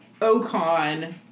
Ocon